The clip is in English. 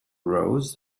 rose